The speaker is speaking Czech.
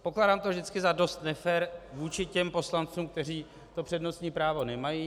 Pokládám to vždycky za dost nefér vůči těm poslancům, kteří to přednostní právo nemají.